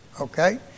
okay